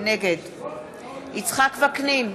נגד יצחק וקנין,